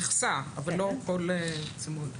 מכסה אבל לא כל צימוד.